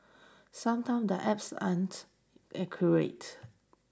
sometimes the apps aren't accurate